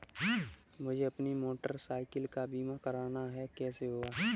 मुझे अपनी motorcycle का बीमा करना है कैसे होगा?